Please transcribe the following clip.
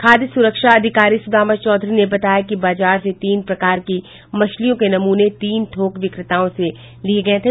खाद्य सुरक्षा अधिकारी सुदामा चौधरी ने बताया कि बाजार से तीन प्रकार की मछलियों के नमूने तीन थोक विक्रेताओं से लिये गये थे